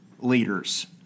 leaders